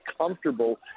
comfortable